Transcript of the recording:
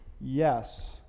yes